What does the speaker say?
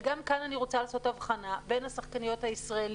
וגם כאן אני רוצה לעשות הבחנה בין השחקניות הישראליות,